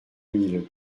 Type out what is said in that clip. mille